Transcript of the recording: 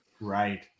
right